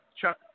Chuck